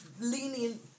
lenient